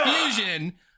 Fusion